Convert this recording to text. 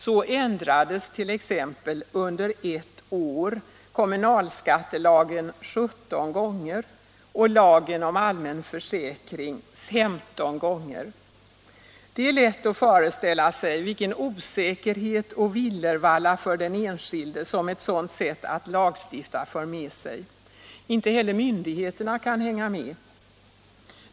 Så ändrades t.ex. under ett år kommunalskattelagen 17 gånger och lagen om allmän försäkring 15 gånger. Det är lätt att föreställa sig vilken osäkerhet och villervalla för den enskilde som ett sådant sätt att lagstifta för med sig. Inte heller myndigheterna har kunnat hänga med.